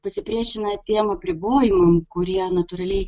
pasipriešina tiem apribojimam kurie natūraliai